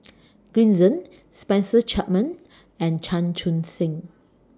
Green Zeng Spencer Chapman and Chan Chun Sing